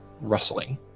rustling